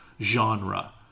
genre